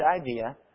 idea